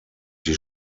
die